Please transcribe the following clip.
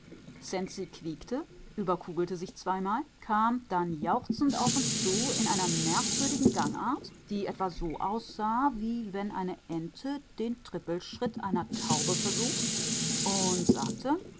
quiekte überkugelte sich zweimal kam dann jauchzend auf uns zu in einer merkwürdigen gangart die etwa so aussah wie wenn eine ente den trippelschritt einer taube versucht und sagte